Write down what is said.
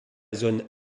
zone